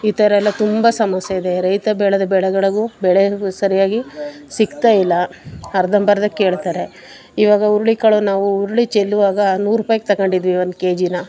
ಈ ಥರ ಎಲ್ಲ ತುಂಬ ಸಮಸ್ಯೆ ಇದೆ ರೈತ ಬೆಳೆದ ಬೆಳೆಗಳಿಗೂ ಬೆಲೆಗಳು ಸರಿಯಾಗಿ ಸಿಗ್ತಾಯಿಲ್ಲ ಅರ್ಧಂಬರ್ಧ ಕೇಳ್ತಾರೆ ಇವಾಗ ಹುರುಳಿ ಕಾಳು ನಾವು ಹುರುಳಿ ಚೆಲ್ಲುವಾಗ ನೂರು ರೂಪಾಯಿಗೆ ತಗೊಂಡಿದ್ದೀವಿ ಒಂದು ಕೆಜಿನಾ